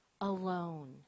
alone